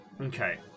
Okay